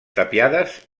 tapiades